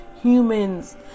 humans